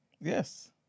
Yes